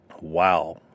Wow